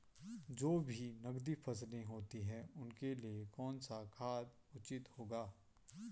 जो भी नकदी फसलें होती हैं उनके लिए कौन सा खाद उचित होगा?